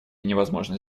невозможно